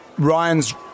Ryan's